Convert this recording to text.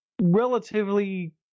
relatively